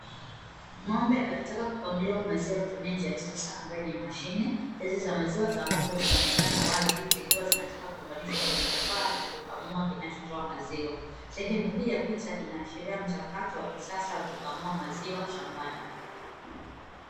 Ng'ombe akitaka kukamuliwa maziwa kutumia njia ya kisasa ambayo ni mashine. Zizi za maziwa za ng'ombe zinaonekana wazi zikiwa zinataka kuunganishwa kwenye kifaa cha kukamua kinachotoa maziwa. Sehemu hii ya picha inaashiria mchakato wa kisasa wa kukamua maziwa, shambani.